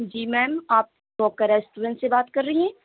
جی ma'am آپ Roka restaurant سے بات کر رہی ہیں